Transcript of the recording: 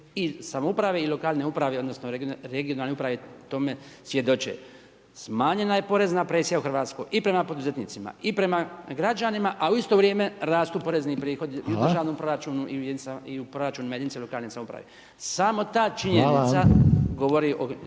i samouprave i lokalne uprave odnosno regionalne uprave tome svjedoče. Smanjena je porezna presija u Hrvatskoj i prema poduzetnicima i prema građanima a u isto vrijeme rastu porezni prihodi i u državnom proračunu i u proračunu jedinicama lokalne samouprave. Samo ta činjenica govori o